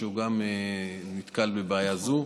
גם נתקל בבעיה זו.